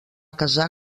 casar